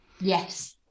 yes